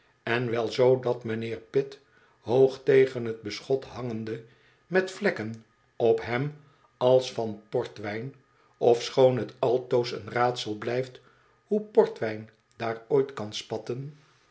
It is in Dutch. en wel zoo dat mijnheer pitt hoog tegen t beschot hangende met vlekken op hem als van portwijn ofschoon t altoos een raadsel blijft hoe portwijn daar ooit kan spatten